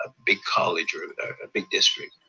big college, or a big district.